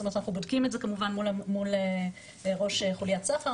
אנחנו בודקים את זה כמובן מול ראש חוליית סחר,